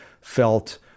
felt